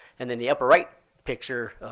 and then the upper right picture,